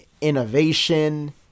innovation